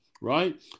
right